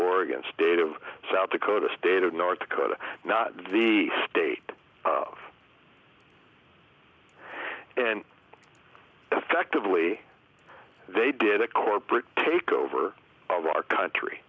oregon state of south dakota state of north dakota state of and effectively they did a corporate takeover of our country